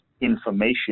information